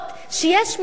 שיש משהו